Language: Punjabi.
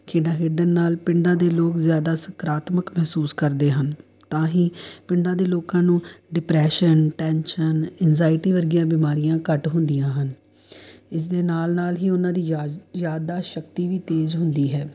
ਖੇਡਾਂ ਖੇਡਣ ਨਾਲ ਪਿੰਡਾਂ ਦੇ ਲੋਕ ਜ਼ਿਆਦਾ ਸਕਾਰਾਤਮਕ ਮਹਿਸੂਸ ਕਰਦੇ ਹਨ ਤਾਂ ਹੀ ਪਿੰਡਾਂ ਦੇ ਲੋਕਾਂ ਨੂੰ ਡਿਪਰੈਸ਼ਨ ਟੈਂਸ਼ਨ ਇਨਜਾਇਟੀ ਵਰਗੀਆਂ ਬਿਮਾਰੀਆਂ ਘੱਟ ਹੁੰਦੀਆਂ ਹਨ ਇਸ ਦੇ ਨਾਲ ਨਾਲ ਹੀ ਉਹਨਾਂ ਦੀ ਜਾਜ ਯਾਦਾਸ਼ਤ ਸ਼ਕਤੀ ਵੀ ਤੇਜ਼ ਹੰਦੀ ਹੈ